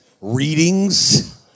readings